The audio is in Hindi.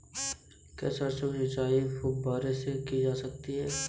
क्या सरसों की सिंचाई फुब्बारों से की जा सकती है?